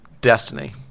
destiny